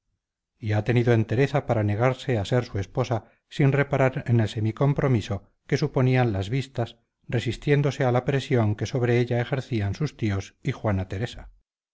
y ha tenido entereza para negarse a ser su esposa sin reparar en el semi compromiso que suponían las vistas resistiéndose a la presión que sobre ella ejercían sus tíos y juana teresa